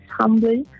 humble